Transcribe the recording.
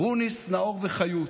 גרוניס, נאור וחיות,